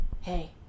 hey